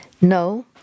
No